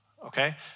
Okay